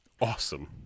Awesome